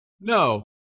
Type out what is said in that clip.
No